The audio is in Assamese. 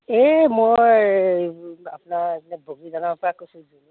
এই মই আপোনাৰ বগীজানৰ পৰা কৈছিলোঁ